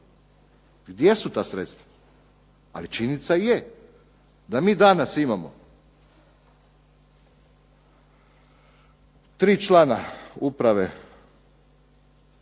gdje su ta sredstva. Ali činjenica je da mi danas imamo tri člana uprave